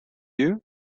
you